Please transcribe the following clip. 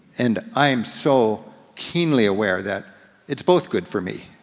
and i am so keenly aware that it's both good for me.